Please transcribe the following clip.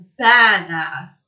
badass